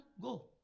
Go